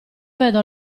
vedo